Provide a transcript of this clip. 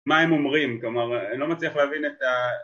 מה הם אומרים, כלומר, אני לא מצליח להבין את ה...